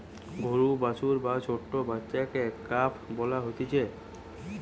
গরুর বাছুর বা ছোট্ট বাচ্চাকে কাফ বলা হতিছে